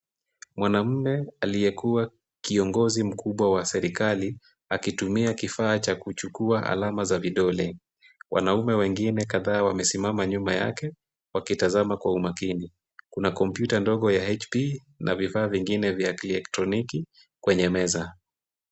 Mwanamme aliyekuwa kiongozi mkubwa wa serikali akitumia kifaa cha kuchukua alama za vidole. Wanaume wengine kadhaa wamesimama nyuma yake, wakitazama kwa umakini. Kuna computer ndogo ya HP na vifaa vingine vya kielektroniki kwenye meza.